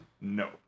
no